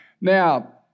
Now